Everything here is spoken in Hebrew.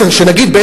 שנגיד,